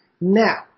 Now